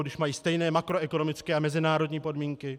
Když mají stejné makroekonomické a mezinárodní podmínky?